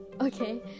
Okay